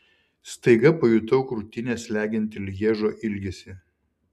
staiga pajutau krūtinę slegiantį lježo ilgesį